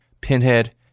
Pinhead